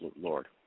Lord